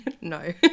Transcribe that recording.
No